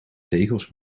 tegels